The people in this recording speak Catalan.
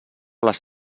les